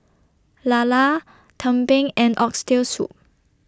Lala Tumpeng and Oxtail Soup